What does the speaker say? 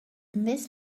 this